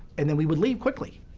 and then we would leave quickly.